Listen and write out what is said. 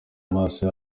amaraso